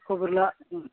खबर ला ओं